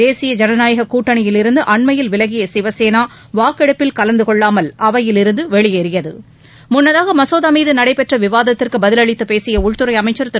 தேசிய ஜனநாயக கூட்டணியிலிருந்து அண்மையில் விலகிய சிவசேனா வாக்கெடுப்பில் கலந்து கொள்ளாமல் அவையிலிருந்து வெளியேறியது முன்னதாக மசோதா மீது நடைபெற்ற விவாதத்திற்கு பதிலளித்துப் பேசிய உள்துறை அமைச்சர் திரு